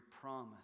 promise